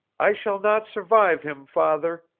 i shall not survive him, father!